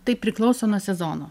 tai priklauso nuo sezono